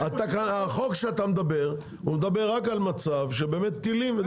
החוק שאתה מדבר, מדבר רק על מצב של טילים.